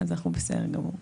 אנחנו בסדר גמור.